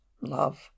love